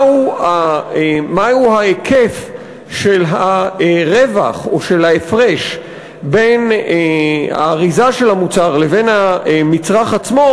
מהו ההיקף של הרווח או של ההפרש בין האריזה של המוצר לבין המצרך עצמו,